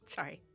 Sorry